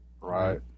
Right